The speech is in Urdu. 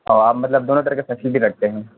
اور آپ مطلب دونوں طرح کی فیسیلٹی رکھتے ہیں